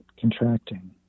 contracting